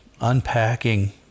unpacking